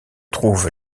trouve